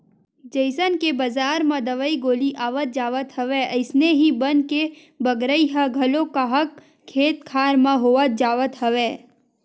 जइसन के बजार म दवई गोली आवत जावत हवय अइसने ही बन के बगरई ह घलो काहक खेत खार म होवत जावत हवय